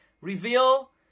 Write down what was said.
reveal